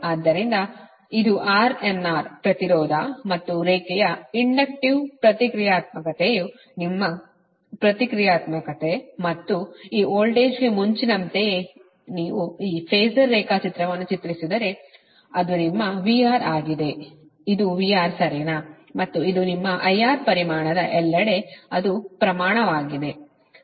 ಆದ್ದರಿಂದ ಇದು R n R ಪ್ರತಿರೋಧ ಮತ್ತು ರೇಖೆಯ ಇಂಡಕ್ಟಿವ್ ಪ್ರತಿಕ್ರಿಯಾತ್ಮಕತೆಯ ನಿಮ್ಮ ಪ್ರತಿಕ್ರಿಯಾತ್ಮಕತೆ ಮತ್ತು ಈ ವೋಲ್ಟೇಜ್ಗೆ ಮುಂಚಿನಂತೆಯೇ ನೀವು ಫಾಸರ್ ರೇಖಾಚಿತ್ರವನ್ನು ಚಿತ್ರಿಸಿದರೆ ಅದು ನಿಮ್ಮ VR ಆಗಿದೆ ಇದು VR ಸರಿನಾ ಮತ್ತು ಇದು ನಿಮ್ಮ IR ಪರಿಮಾಣದ ಎಲ್ಲೆಡೆ ಅದು ಪ್ರಮಾಣವಾಗಿದೆ